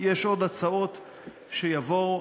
יש עוד הצעות שיבואו,